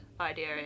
idea